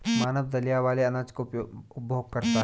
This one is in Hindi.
मानव दलिया वाले अनाज का उपभोग करता है